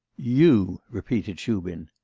you repeated shubin.